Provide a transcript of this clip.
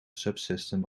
subsystem